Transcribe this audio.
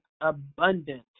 abundant